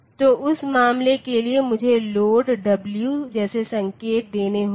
तो उस मामले के लिए मुझे लोड w जैसे संकेत देने होंगे